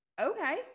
okay